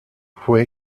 fue